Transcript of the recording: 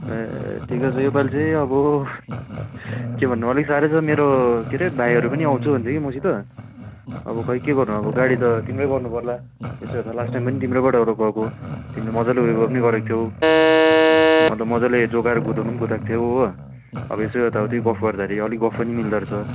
ए ठिकै छ यसपालि चाहिँ अब के भन्नु भयो अलिक साह्रै छ मेरो के अरे मेरो भाइहरू पनि आउँछु भन्थ्यो कि मसित अब खै के गर्नु गाडी त तिम्रै गर्नु पर्ला यसो हेर्दा लास्ट टाइम पनि तिम्रैबाट अब गएको तिमीले मजाले उयो गर्ने गरेको थियौ मतलब मजाले जोगाएर कुदाउनु कुदाएको थियौ हो अब यसो यताउति गफ गर्दाखेरि अलिक गफ पनि मिल्दो रहेछ